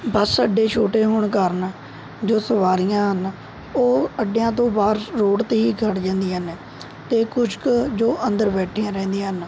ਬੱਸ ਅੱਡੇ ਛੋਟੇ ਹੋਣ ਕਾਰਨ ਜੋ ਸਵਾਰੀਆਂ ਹਨ ਉਹ ਅੱਡਿਆਂ ਤੋਂ ਬਾਹਰ ਰੋਡ 'ਤੇ ਹੀ ਖੜ੍ਹ ਜਾਂਦੀਆਂ ਹਨ ਅਤੇ ਕੁਛ ਕੁ ਜੋ ਅੰਦਰ ਬੈਠੀਆਂ ਰਹਿੰਦੀਆਂ ਹਨ